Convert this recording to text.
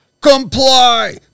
Comply